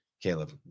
caleb